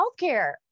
healthcare